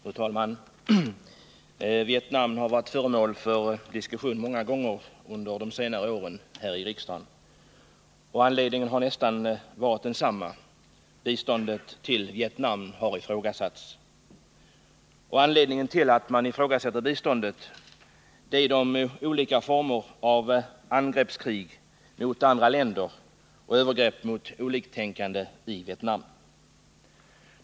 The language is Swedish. Fru talman! Vietnam har varit föremål för diskussion många gånger under de senare åren här i riksdagen. Anledningen har nästan alltid varit densamma: biståndet till Vietnam har ifrågasatts. Anledningen till att man ifrågasätter biståndet är olika former av angreppskrig mot andra länder och övergrepp mot oliktänkande i Vietnam.